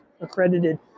accredited